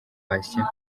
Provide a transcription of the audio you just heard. patient